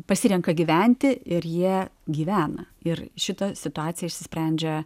pasirenka gyventi ir jie gyvena ir šita situacija išsisprendžia